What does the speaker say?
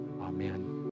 Amen